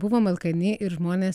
buvom alkani ir žmonės